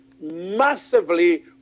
massively